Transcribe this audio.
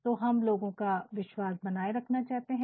तो हम लोगों का विश्वास बनाए रखना चाहते हैं